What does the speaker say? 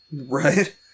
Right